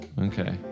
Okay